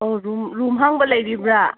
ꯑꯣ ꯔꯨꯝ ꯍꯥꯡꯕ ꯂꯩꯔꯤꯕ꯭ꯔꯥ